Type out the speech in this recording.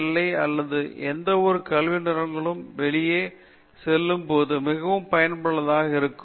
எல்லை அல்லது எந்தவொரு கல்வி நிறுவனத்திற்கும் வெளியே செல்லும்போது மிகவும் பயனுள்ளதாக இருக்கும்